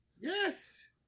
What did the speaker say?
Yes